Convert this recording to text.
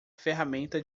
ferramenta